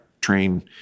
train